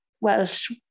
Welsh